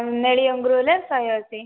ନେଳୀ ଅଙ୍ଗୁର ହେଲା ଶହେ ଅଶୀ